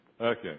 Okay